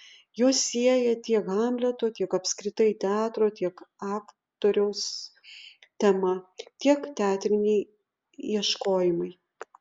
juos sieja tiek hamleto tiek apskritai teatro tiek aktoriaus tema tiek teatriniai ieškojimai